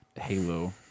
Halo